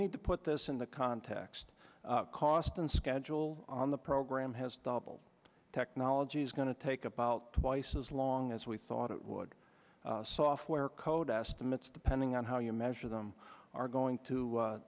need to put this in the context of cost and schedule on the program has double technology is going to take about twice as long as we thought it would software code estimates depending on how you measure them are going to